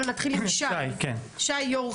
שי יו"ר